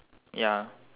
ya